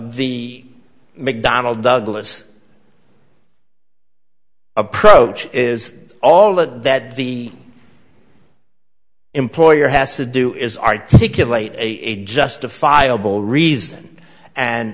the mcdonnell douglas approach is all of that the employer has to do is articulate a justifiable reason and